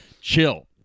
chill